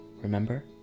remember